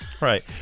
Right